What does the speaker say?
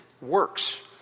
works